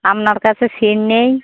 আপনার কাছে সেম নেই